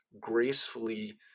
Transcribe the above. gracefully